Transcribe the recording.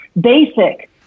basic